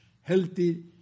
healthy